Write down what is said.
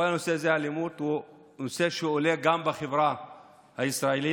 כל נושא האלימות הוא נושא שעולה גם בחברה הישראלית,